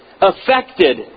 affected